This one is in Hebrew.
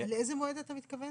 לאיזה מועד אתה מתכוון?